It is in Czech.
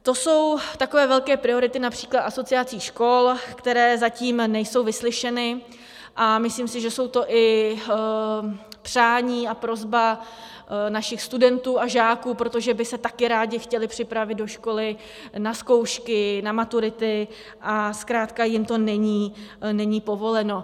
To jsou takové velké priority například asociací škol, které zatím nejsou vyslyšeny, a myslím si, že jsou to i přání a prosba našich studentů a žáků, protože by se také rádi chtěli připravit do školy na zkoušky, na maturity, a zkrátka jim to není povoleno.